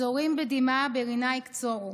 הזֹרעים בדמעה ברִנה יקצֹרו.